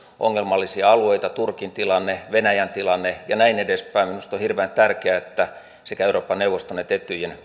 ongelmallisia alueita turkin tilanne venäjän tilanne ja näin edespäin minusta on hirveän tärkeää että sekä euroopan neuvoston että etyjin